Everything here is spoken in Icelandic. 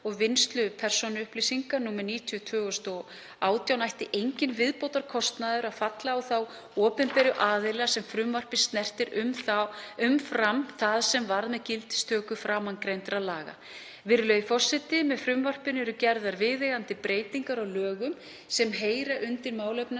og vinnslu persónuupplýsinga, nr. 90/2018, ætti enginn viðbótarkostnaður að falla á þá opinberu aðila sem frumvarpið snertir umfram það sem varð með gildistöku framangreindra laga. Með frumvarpinu eru gerðar viðeigandi breytingar á lögum sem heyra undir málefnasvið